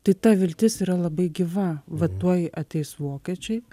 tai ta viltis yra labai gyva va tuoj ateis vokiečiai